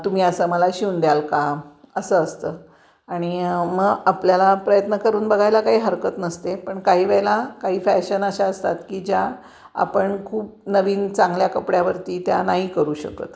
तुम्ही असं मला शिवून द्याल का असं असतं आणि मग आपल्याला प्रयत्न करून बघायला काही हरकत नसते पण काही वेळेला काही फॅशन अशा असतात की ज्या आपण खूप नवीन चांगल्या कपड्यावरती त्या नाही करू शकत